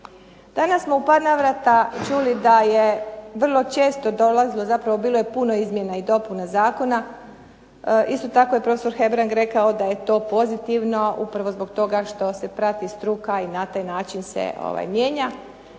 Danas smo u par navrata čuli da je vrlo često dolazilo, zapravo bilo je puno izmjena i dopuna zakona. Isto tako je prof. Hebrang rekao da je to pozitivno upravo zbog toga što se prati struka i na taj način se mijenja.